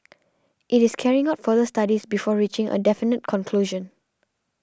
it is carrying out further studies before reaching a definite conclusion